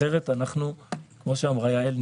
אחרת כמו שאמרה יעל,